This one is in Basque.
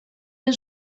den